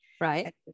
right